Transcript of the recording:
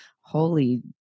Holy